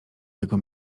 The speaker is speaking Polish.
jego